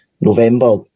november